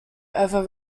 over